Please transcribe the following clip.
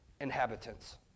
inhabitants